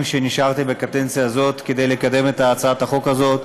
שנשארו בקדנציה הזאת כדי לקדם את הצעת החוק הזאת.